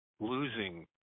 losing